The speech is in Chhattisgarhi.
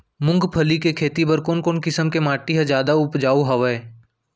मूंगफली के खेती बर कोन कोन किसम के माटी ह जादा उपजाऊ हवये?